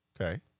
Okay